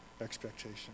expectation